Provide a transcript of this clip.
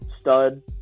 stud